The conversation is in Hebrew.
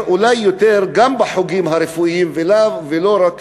אולי יותר גם בחוגים הרפואיים ולא רק